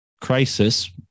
crisis